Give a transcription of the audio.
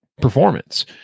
performance